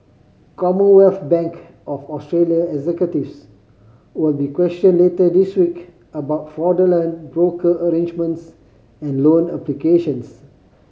Commonwealth Bank of Australia executives will be questioned later this week about fraudulent broker arrangements and loan applications